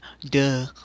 Duh